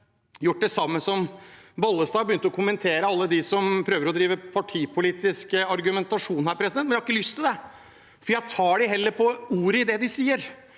gjort det samme som Vervik Bollestad og begynt å kommentere alle dem som prøver å drive partipolitisk argumentasjon her, men jeg har ikke lyst til det, for jeg tar dem heller på ordet i det de sier.